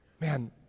Man